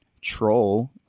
troll